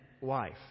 wife